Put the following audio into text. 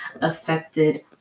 affected